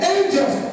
Angels